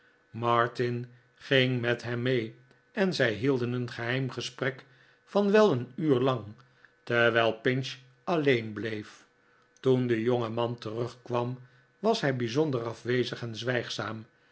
martin ging met hem mee en zij hielden een geheim gesprek van wel een uur lang terwijl pinch alleen bleef toen de jongeman terugkwam was hij bijzonder afwezig en